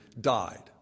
died